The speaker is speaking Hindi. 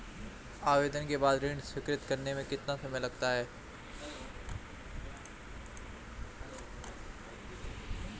आवेदन के बाद ऋण स्वीकृत करने में कितना समय लगता है?